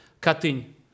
cutting